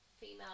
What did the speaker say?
female